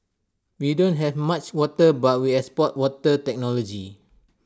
we don't have much water but we export water technology